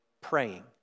praying